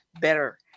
better